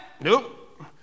Nope